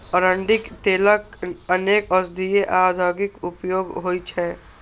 अरंडीक तेलक अनेक औषधीय आ औद्योगिक उपयोग होइ छै